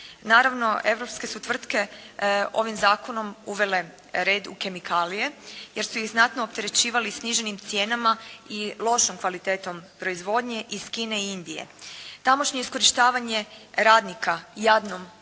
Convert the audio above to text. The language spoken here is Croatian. Naravno, europske su tvrtke ovim zakonom uvele red u kemikalije jer su ih znatno opterećivali sniženim cijenama i lošom kvalitetom proizvodnje iz Kine i Indije. Tamošnje iskorištavanje radnika jadnom cijenom